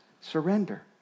surrender